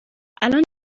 الان